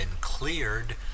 cleared